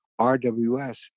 RWS